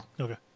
Okay